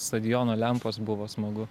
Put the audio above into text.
stadiono lempos buvo smagu